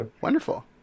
Wonderful